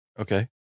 Okay